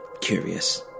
curious